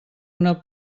una